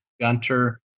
Gunter